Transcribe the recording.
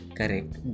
correct